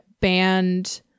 banned